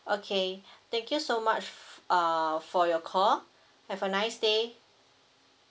okay thank you so much f~ uh for your call have a nice day